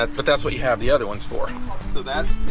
ah but that's what you have the other ones for so that's